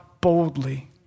boldly